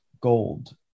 gold